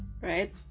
right